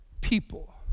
people